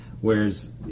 whereas